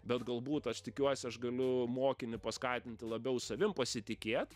bet galbūt aš tikiuos aš galiu mokinį paskatinti labiau savim pasitikėt